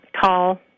tall